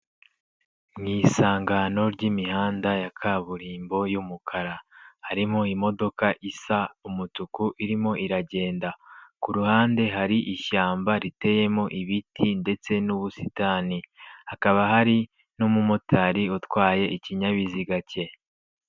Mu isangano ry'imihanda ya kaburimbo y'umukara. Harimo imodoka isa umutuku irimo iragenda. Ku ruhande hari ishyamba riteyemo ibiti ndetse n'ubusitani. Hakaba hari n'umumotari utwaye ikinyabiziga cye.